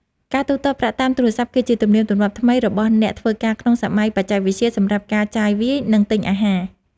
ការទូទាត់ប្រាក់តាមទូរស័ព្ទគឺជាទំនៀមទម្លាប់ថ្មីរបស់អ្នកធ្វើការក្នុងសម័យបច្ចេកវិទ្យាសម្រាប់ការចាយវាយ និង ទិញអាហារ។